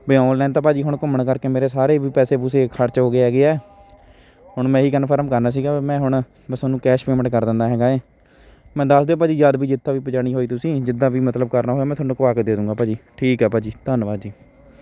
ਵੀ online ਤਾਂ ਭਾਅ ਜੀ ਹੁਣ ਘੁੰਮਣ ਕਰਕੇ ਮੇਰੇ ਸਾਰੇ ਵੀ ਪੈਸੇ ਪੂਸੇ ਖਰਚ ਹੋ ਗਏ ਹੈਗੇ ਹੈ ਹੁਣ ਮੈਂ ਇਹੀ ਕਨਫਰਮ ਕਰਨਾ ਸੀਗਾ ਵੀ ਮੈਂ ਹੁਣ ਮੈਂ ਤੁਹਾਨੂੰ ਕੈਸ਼ ਪੇਮੈਂਟ ਕਰ ਦਿੰਦਾ ਹੈਗਾ ਹੈ ਮੈਂ ਦੱਸ ਦਿਓ ਭਾਅ ਜੀ ਜਦ ਵੀ ਜਿੱਥਾ ਵੀ ਪਜਾਣੀ ਹੋਈ ਤੁਸੀਂ ਜਿੱਦਾਂ ਵੀ ਮਤਲਬ ਕਰਨਾ ਹੋਇਆ ਮੈਂ ਤੁਹਾਨੂੰ ਕਢਵਾ ਕੇ ਦੇ ਦੂੰਗਾ ਭਾਅ ਜੀ ਠੀਕ ਆ ਭਾਅ ਜੀ ਧੰਨਵਾਦ ਜੀ